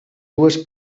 dues